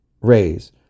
raise